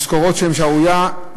משכורות שהן שערורייה,